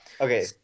Okay